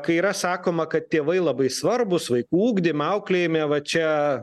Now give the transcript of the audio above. kai yra sakoma kad tėvai labai svarbūs vaikų ugdyme auklėjime va čia